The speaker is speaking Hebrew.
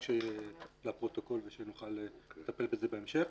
אני אומר את זה לפרוטוקול ונוכל לטפל בזה בהמשך.